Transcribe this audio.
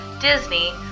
Disney